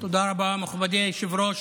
תודה רבה, מכובדי היושב-ראש.